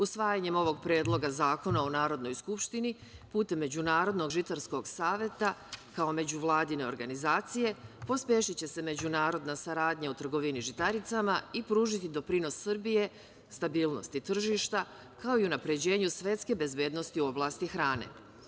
Usvajanjem ovog predloga zakona u Narodnoj skupštini, putem Međunarodnog žitarskog saveta, kao međuvladine organizacije, pospešiće se međunarodna saradnja o trgovini žitaricama i pružiti doprinos Srbije, stabilnosti tržišta, kao i unapređenju svetske bezbednosti u oblasti hrane.